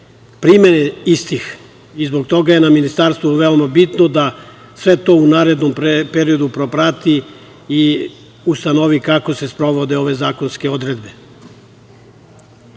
primene istih i zbog toga je na Ministarstvu realno bitno da sve to u narednom periodu proprati i ustanovi kako se sprovode ove zakonske odredbe. Kako